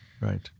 Right